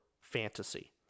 fantasy